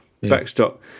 Backstop